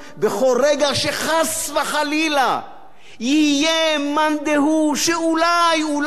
שחס וחלילה יהיה מאן דהוא שאולי אולי יאמר עליו